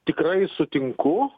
tikrai sutinku